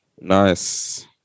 Nice